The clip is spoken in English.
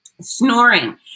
Snoring